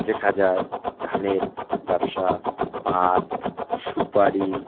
দেখা যায় ধানের ব্যবসা পান সুপারি